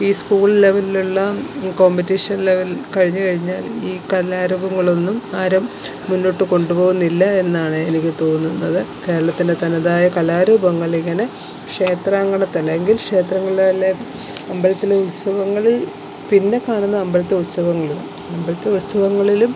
ഈ സ്കൂൾ ലെവലിലുള്ള competition level കഴിഞ്ഞ് കഴിഞ്ഞാല് ഈ കലാരൂപങ്ങളൊന്നും ആരും മുന്നോട്ട് കൊണ്ടുപോകുന്നില്ല എന്നാണ് എനിക്ക് തോന്നുന്നത് കേരളത്തിലെ തനതായ കലാരൂപങ്ങളിങ്ങനെ ക്ഷേത്രാങ്കണത്തല്ലെങ്കിൽ ക്ഷേത്രങ്ങളിളിലെ അമ്പലത്തിലെ ഉത്സവങ്ങളിൽ പിന്നെ കാണുന്നത് അമ്പലത്തിലെ ഉത്സവങ്ങളിലാണ് അമ്പലത്തിലെ ഉത്സവങ്ങളിലും